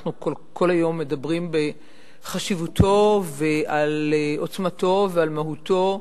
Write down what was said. שאנחנו כל היום מדברים בחשיבותו ועל עוצמתו ועל מהותו,